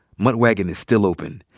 mutt waggin' is still open,